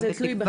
בתקווה